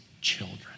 children